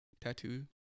tattoo